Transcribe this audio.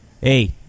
hey